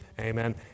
amen